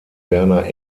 werner